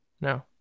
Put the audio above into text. No